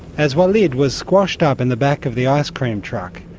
as walid was squashed up in the back of the ice cream truck,